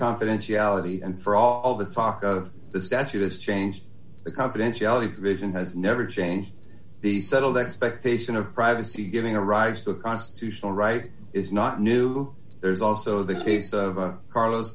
confidentiality and for all the talk of the statute has changed the confidentiality of vision has never changed the settled expectation of privacy giving rise to a constitutional right is not new there's also the case of a carl